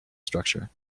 structure